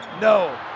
No